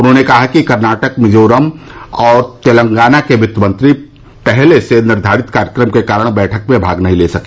उन्होंने कहा कि कर्नाटक मिजोरम और तेलंगाना के वित्तमंत्री अपने पहले से निर्धारित कार्यक्रम के कारण बैठक में भाग नहीं ले सके